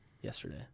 yesterday